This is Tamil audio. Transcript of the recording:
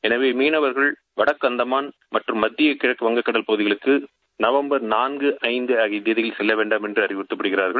எனவே மீனவர்கள் வடக்கு அந்தமான் மற்றும் மத்திய கிழக்கு வங்கக் கடற்பகுதிகளுக்கு நான்கு ஐந்து ஆகிய தேதிகளில் செல்ல வேண்டாம் என்று அறிவுறுத்தப்படுகிறார்கள்